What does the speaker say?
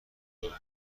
دوتا